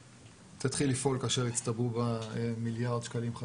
היא תתחיל לפעול כאשר יצטברו בה מיליארד שקלים,